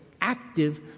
active